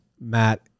Matt